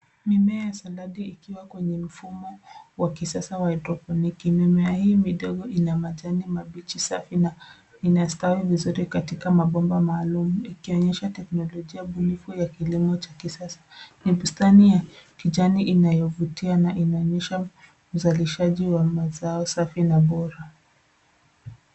Mimea ya saladi ikiwa kwenye mfumo wa kisasa wa Hydroponic . Mimea hii midogo ina majani mabichi safi na inastawi vizuri katika mabomba maalumu ikionyesha teknolojia ubunifu ya kilimo cha kisasa. Ni bustani ya kijani inayovutia na inaonyesha uzalishaji wa mazao safi na bora.